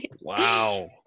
wow